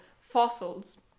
fossils